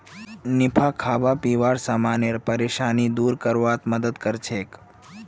निफा खाबा पीबार समानेर परेशानी दूर करवार मदद करछेक